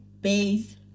base